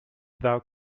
thou